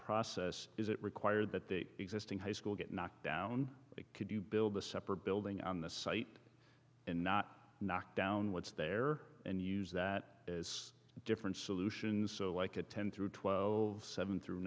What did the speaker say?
process is it required that the existing high school get knocked down could you build a separate building on the site and not knock down what's there and use that as different solutions so i could ten through twelve seven through